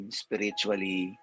spiritually